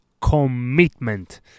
commitment